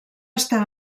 estar